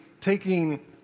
taking